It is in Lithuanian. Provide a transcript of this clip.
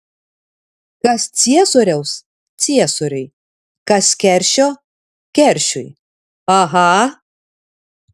kas ciesoriaus ciesoriui kas keršio keršiui aha